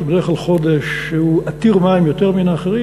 שהוא בדרך כלל חודש שהוא עתיר מים יותר מן האחרים,